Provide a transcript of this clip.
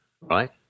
right